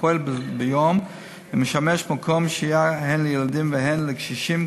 הפועל ביום ומשמש מקום שהייה הן לילדים והן לקשישים,